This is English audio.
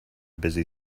busy